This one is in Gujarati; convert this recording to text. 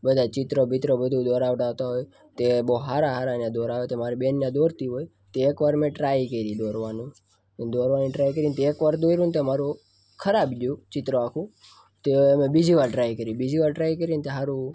બધાય ચિત્ર બિત્ર બધુંય દોરાવડાવતા તે બહુ હારા હારાને દોરાવે તો બેન એ દોરતી હોય તે એક વાર મે ટ્રાય કરી દોરવાનું અને દોરવાની ટ્રાય કરી તે એક વાર દોર્યું ને તે મારું ખરાબ ગયું ચિત્ર આખું તે મેં બીજી વાર ટ્રાય કરી બીજી વાર ટ્રાય કરીને તે સારું